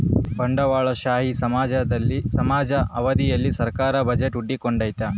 ಬಂಡವಾಳಶಾಹಿ ಸಮಾಜದ ಅವಧಿಯಲ್ಲಿ ಸರ್ಕಾರದ ಬಜೆಟ್ ಹುಟ್ಟಿಕೊಂಡೈತೆ